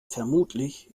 vermutlich